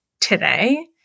today